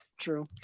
True